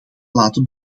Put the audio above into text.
laten